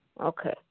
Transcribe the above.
Okay